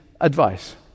advice